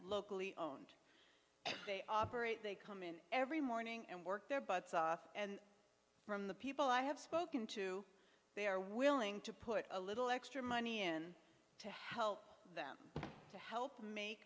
locally owned they operate they come in every morning and work their butts off and from the people i have spoken to they are willing to put a little extra money in to help them to help m